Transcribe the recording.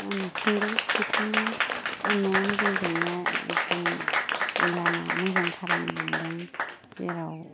अनफिनदों बिथांनि अननायावनो जों दिनैहाय दिनै लामा मोजां थाबायनो मोन्दों जेरावखि